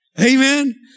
Amen